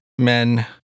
Men